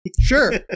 sure